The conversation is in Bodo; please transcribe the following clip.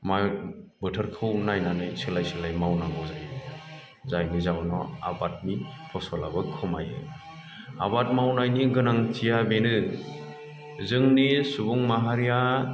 माइ बोथोरखौ नायनानै सोलाय सोलाय मावनांगौ जायो जायनि जाहोनाव आबादनि फसलाबो खमायो आबाद मावनायनि गोनांथिया बेनो जोंनि सुबुं माहारिया